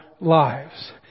lives